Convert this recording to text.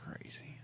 crazy